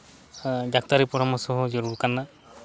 ᱰᱟᱠᱛᱟᱨᱤ ᱯᱚᱨᱟᱢᱚᱨᱥᱚ ᱦᱚᱸ ᱡᱟᱹᱨᱩᱲ ᱠᱟᱱᱟ